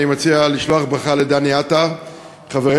אני מציע לשלוח ברכה לדני עטר חברנו,